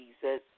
Jesus